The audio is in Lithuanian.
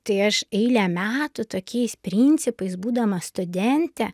tai aš eilę metų tokiais principais būdama studente